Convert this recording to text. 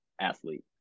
athlete